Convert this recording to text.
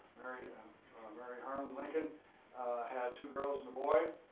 mary um mary harlan lincoln had two girls and a boy.